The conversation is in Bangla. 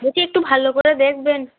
বলছি একটু ভালো করে দেখবেন